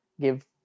give